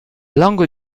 langue